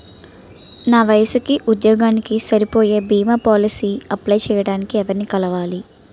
నా వయసుకి, ఉద్యోగానికి సరిపోయే భీమా పోలసీ అప్లయ్ చేయటానికి ఎవరిని కలవాలి?